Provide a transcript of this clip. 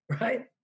right